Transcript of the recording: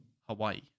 Hawaii